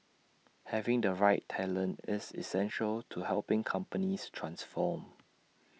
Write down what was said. having the right talent is essential to helping companies transform